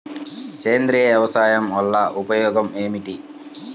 సేంద్రీయ వ్యవసాయం వల్ల ఉపయోగం ఏమిటి?